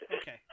Okay